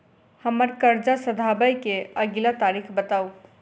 हम्मर कर्जा सधाबई केँ अगिला तारीख बताऊ?